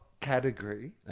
category